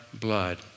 blood